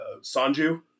Sanju